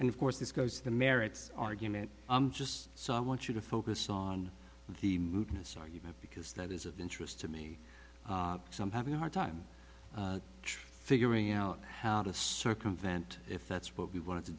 and of course this goes to the merits argument i'm just so i want you to focus on the moon a star you have because that is of interest to me some having a hard time figuring out how to circumvent if that's what we want to